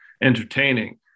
entertaining